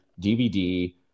DVD